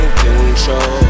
control